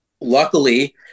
luckily